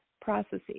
processes